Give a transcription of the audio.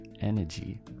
energy